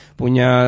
punya